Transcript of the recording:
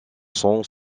sont